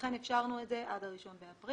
ולכן אפשרנו את זה עד ה-1 באפריל.